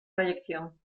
proyección